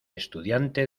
estudiante